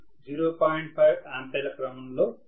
5 ఆంపియర్లు క్రమంలో ఉంటుంది